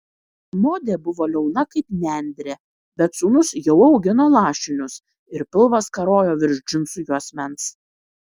modė buvo liauna kaip nendrė bet sūnus jau augino lašinius ir pilvas karojo virš džinsų juosmens